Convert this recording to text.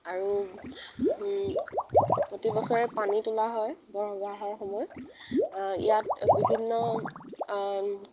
আৰু প্ৰতিবছৰে পানী তোলা হয় বৰসবাহৰ সময়ত ইয়াত বিভিন্ন